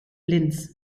linz